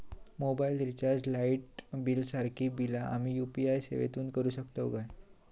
Mobile recharge, light bill यांसारखी बिला आम्ही यू.पी.आय सेवेतून करू शकतू काय?